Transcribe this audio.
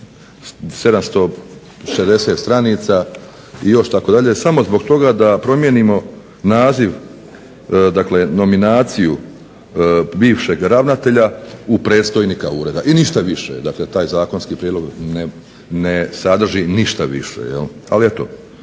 760 stranica i još tako dalje samo zbog toga da promijenimo naziv dakle nominaciju bivšeg ravnatelja u predstojnika ureda i ništa više. Dakle taj zakonski prijedlog ne sadrži ništa više ali eto